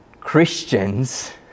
Christians